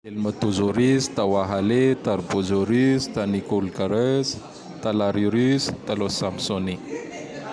Helmatozorus, tawahalais, tarborus, tanicolcareuse, talarirus, talos sapsoni.